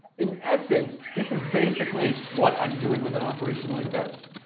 in essence, this is basically what i'm doing with an operation like this.